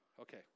Okay